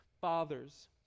Fathers